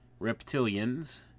Reptilians